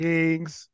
Kings